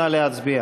נא להצביע.